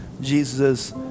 Jesus